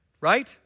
right